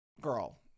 Girl